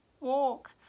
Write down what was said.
walk